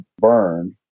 burned